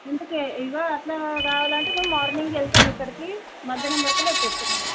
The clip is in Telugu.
ఇంతకు ఇగ అట్లా రావాలంటే మేము మార్నింగ్కి వెళ్తాం ఇక్కడికి మధహ్నం బస్సులో వచ్చేస్తాం ఇక్కడికి